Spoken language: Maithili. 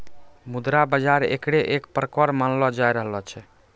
मुद्रा बाजार एकरे एक प्रकार मानलो जाय रहलो छै